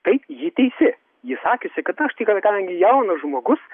taip ji teisi ji sakiusi kad aš tai kadangi jaunas žmogus